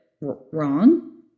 wrong